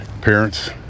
Parents